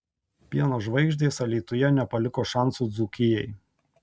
pieno žvaigždės alytuje nepaliko šansų dzūkijai